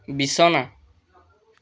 বিছনা